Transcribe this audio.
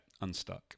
unstuck